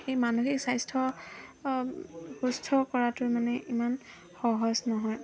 সেই মানসিক স্বাস্থ্য সুস্থ কৰাটোৱে মানে ইমান সহজ নহয়